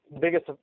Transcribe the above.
biggest